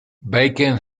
bacon